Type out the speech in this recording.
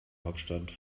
hauptstadt